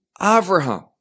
Avraham